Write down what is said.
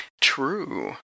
true